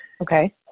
Okay